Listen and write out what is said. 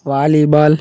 volleyball